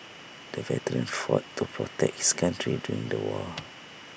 the veteran fought to protect his country during the war